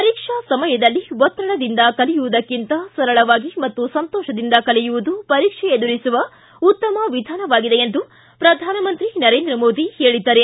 ಪರೀಕ್ಷಾ ಸಮಯದಲ್ಲಿ ಒತ್ತಡದಿಂದ ಕಲಿಯುವುದಕ್ಕಿಂತ ಸರಳವಾಗಿ ಮತ್ತು ಸಂತೋಷದಿಂದ ಕಲಿಯುವುದು ಪರೀಕ್ಷೆ ಎದುರಿಸುವ ಉತ್ತಮ ವಿಧಾನವಾಗಿದೆ ಎಂದು ಪ್ರಧಾನಮಂತ್ರಿ ನರೇಂದ್ರ ಮೋದಿ ಹೇಳದ್ದಾರೆ